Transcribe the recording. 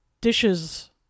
dishes